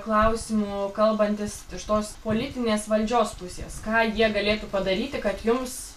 klausimu kalbantis iš tos politinės valdžios pusės ką jie galėtų padaryti kad jums